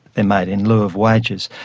and made in lieu of wages,